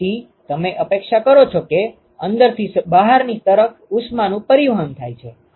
તેથી તમે અપેક્ષા કરો છો કે અંદરથી બહારની તરફ ઉષ્માનું પરિવહન છે